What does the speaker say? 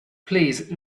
please